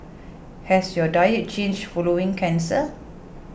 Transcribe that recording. has your diet changed following cancer